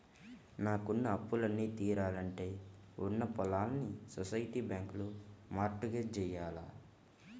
నాకున్న అప్పులన్నీ తీరాలంటే ఉన్న పొలాల్ని సొసైటీ బ్యాంకులో మార్ట్ గేజ్ జెయ్యాల